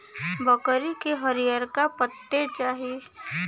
बकरी के हरिअरका पत्ते चाही